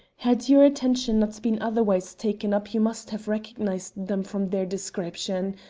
had your attention not been otherwise taken up you must have recognized them from their description.